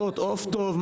משחטות עוף טוב,